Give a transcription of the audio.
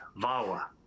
VAWA